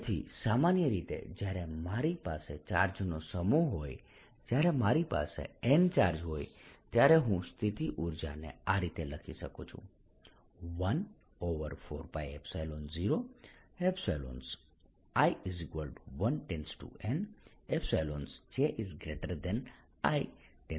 તેથી સામાન્ય રીતે જ્યારે મારી પાસે ચાર્જ નો સમૂહ હોય જ્યારે મારી પાસે N ચાર્જ હોય ત્યારે હું સ્થિતિ ઊર્જાને આ રીતે લખી શકું છું 14π0i1N jiNQi Q jri j